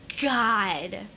God